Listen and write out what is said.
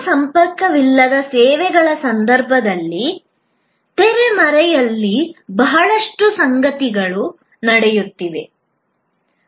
ಹೆಚ್ಚಿನ ಸಂಪರ್ಕವಿಲ್ಲದ ಸೇವೆಗಳ ಸಂದರ್ಭದಲ್ಲಿ ತೆರೆಮರೆಯಲ್ಲಿ ಬಹಳಷ್ಟು ಸಂಗತಿಗಳು ನಡೆಯುತ್ತಿವೆ